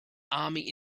army